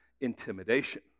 intimidation